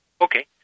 Okay